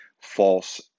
false